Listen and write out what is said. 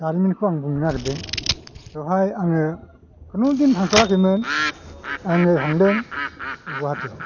जारिमिनखौ आं बुंनो नागिरदों बेवहाय आङो खुनुदिन थांफेराखैमोन आङो थांदों गुवाहाटिआव